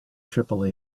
triple